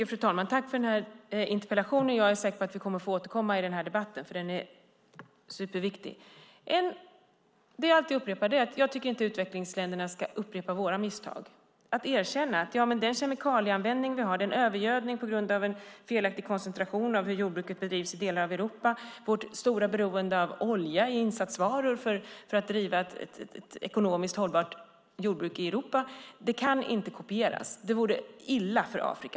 Fru talman! Tack för interpellationen! Jag är säker på att vi kommer att få återkomma i debatten, för den är superviktig. Det jag alltid upprepar är detta: Jag tycker inte att utvecklingsländerna ska upprepa våra misstag. Vi måste erkänna att den kemikalieanvändning vi har, den övergödning vi har på grund av en felaktig koncentration av hur jordbruket bedrivs i delar av Europa och vårt stora beroende av olja i insatsvaror för att driva ett ekonomiskt hållbar jordbruk i Europa inte kan kopieras. Det vore illa för Afrika.